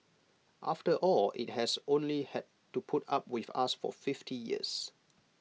after all IT has only had to put up with us for fifty years